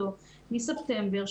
מספטמבר,